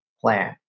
plan